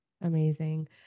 Amazing